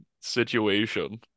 situation